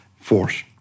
force